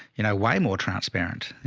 you know, way more transparent, you